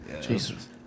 Jesus